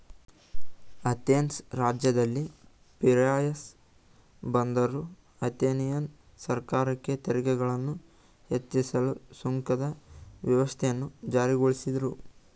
Athens ರಾಜ್ಯದಲ್ಲಿ Piraeus ಬಂದರು Athenian ಸರ್ಕಾರಕ್ಕೆ ತೆರಿಗೆಗಳನ್ನ ಹೆಚ್ಚಿಸಲು ಸುಂಕದ ವ್ಯವಸ್ಥೆಯನ್ನ ಜಾರಿಗೊಳಿಸಿದ್ರು